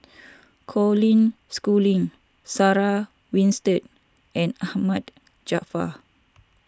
Colin Schooling Sarah Winstedt and Ahmad Jaafar